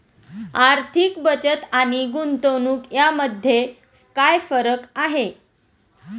आर्थिक बचत आणि गुंतवणूक यामध्ये काय फरक आहे?